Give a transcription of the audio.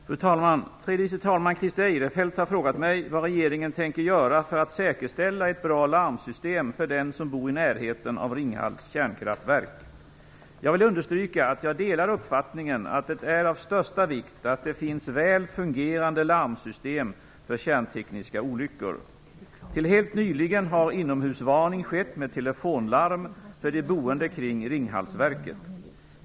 Fru talman! Tredje vice talman Christer Eirefelt har frågat mig vad regeringen tänker göra för att säkerställa ett bra larmsystem för den som bor i närheten av Ringhals kärnkraftverk. Jag vill understryka att jag delar uppfattningen att det är av största vikt att det finns väl fungerande larmsystem för kärntekniska olyckor. Till helt nyligen har inomhusvarning skett med telefonlarm för de boende kring Ringhalsverket.